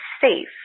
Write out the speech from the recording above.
safe